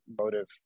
motive